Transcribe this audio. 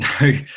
No